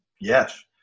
Yes